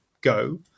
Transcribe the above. go